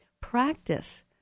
Practice